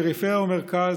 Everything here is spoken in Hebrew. פריפריה ומרכז,